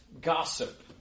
gossip